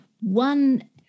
one